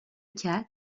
cas